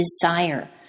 desire